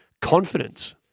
confidence